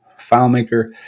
FileMaker